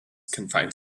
confined